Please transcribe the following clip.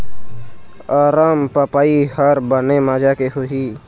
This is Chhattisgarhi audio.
अरमपपई हर बने माजा के होही?